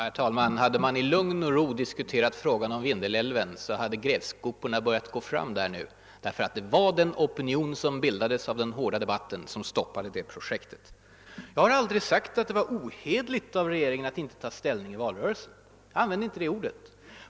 Herr talman! Hade man »i lugn och ro» diskuterat frågan om Vindelälven, hade grävskoporna börjat gå fram där nu. Det var ju den opinion, som bildades av den hårda debatten, som stoppade det projektet. Jag har aldrig sagt att det var »ohederligt» av regeringen att inte ta ställning i valrörelsen. Jag använde inte det ordet.